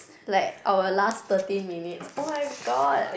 like our last thirteen minutes oh my god